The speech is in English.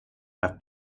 have